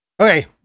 Okay